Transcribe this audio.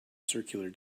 circular